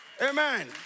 Amen